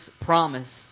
promise